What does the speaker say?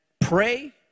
pray